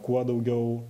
kuo daugiau